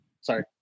sorry